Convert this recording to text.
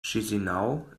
chișinău